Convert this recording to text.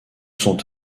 sont